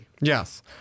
Yes